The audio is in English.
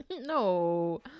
No